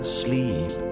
sleep